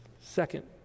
Second